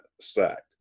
sacked